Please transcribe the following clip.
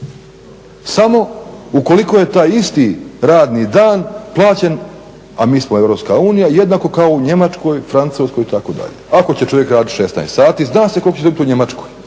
samo ukoliko je taj isti radni dan plaćen a mi smo EU jednako kao u Njemačkoj, Francuskoj itd. ako će čovjek raditi 16 sati zna se koliko će dobiti po Njemačkoj